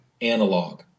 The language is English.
analog